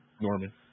Norman